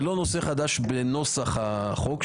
זה לא נושא חדש בנוסח החוק,